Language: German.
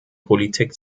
politik